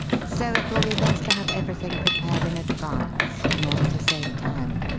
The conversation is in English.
so it will be best to have everything prepared in advance, in order to save time.